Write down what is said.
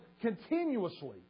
continuously